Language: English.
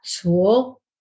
tool